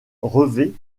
revêt